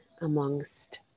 amongst